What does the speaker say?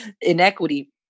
inequity